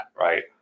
right